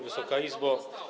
Wysoka Izbo!